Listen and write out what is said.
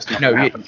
no